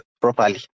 properly